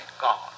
God